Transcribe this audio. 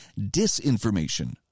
disinformation